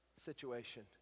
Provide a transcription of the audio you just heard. situation